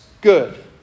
good